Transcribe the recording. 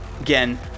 again